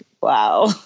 wow